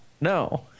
No